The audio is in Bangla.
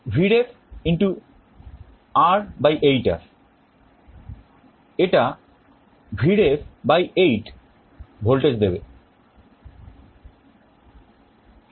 Vref R 8R এটা Vref 8 ভোল্টেজ দেবে